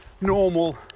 normal